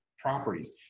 properties